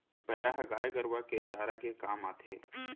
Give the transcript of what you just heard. पैरा ह गाय गरूवा के चारा के काम आथे